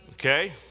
Okay